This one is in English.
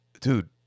dude